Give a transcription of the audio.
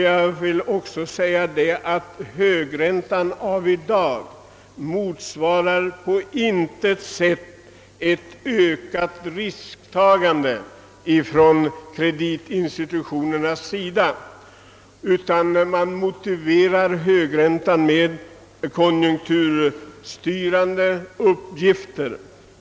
Dagens högränta motsvaras på intet sätt av ett ökat risktagande från kreditinstitutens sida, utan den motiveras med dess konjunkturstyrande uppgifter.